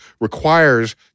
requires